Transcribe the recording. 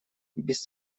без